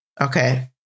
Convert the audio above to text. Okay